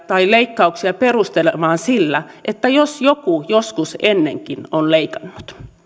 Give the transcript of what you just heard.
tai leikkauksia perusteltavan sillä että joku joskus ennenkin on leikannut